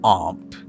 armed